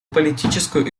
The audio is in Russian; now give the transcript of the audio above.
политическую